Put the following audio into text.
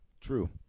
True